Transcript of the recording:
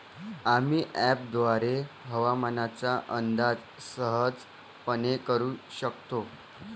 आम्ही अँपपद्वारे हवामानाचा अंदाज सहजपणे करू शकतो